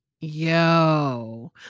Yo